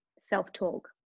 self-talk